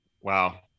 Wow